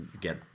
get